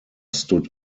stood